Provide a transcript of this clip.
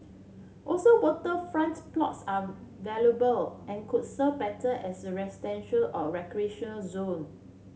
also waterfronts plots are valuable and could serve better as the residential or recreational zone